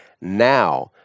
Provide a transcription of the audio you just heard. now